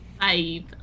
Five